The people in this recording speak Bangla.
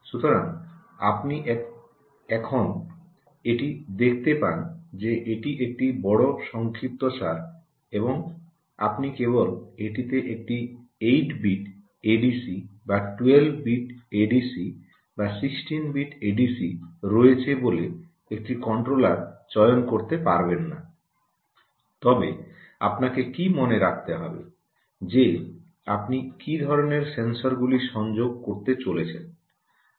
সুতরাং আপনি এখন এটি দেখতে পান যে এটি একটি বড় সংক্ষিপ্তসার এবং আপনি কেবল এটিতে একটি 8 বিট এডিসি বা 12 বিট এডিসি বা একটি 16 বিট এডিসি রয়েছে বলে একটি কন্ট্রোলার চয়ন করতে পারবেন না তবে আপনাকে কী মনে রাখতে হবে যে আপনি কি ধরনের সেন্সরগুলি সংযোগ করতে চলেছেন